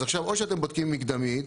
אז עכשיו, או שאתם בודקים מקדמית